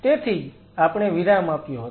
તેથી જ આપણે વિરામ આપ્યો હતો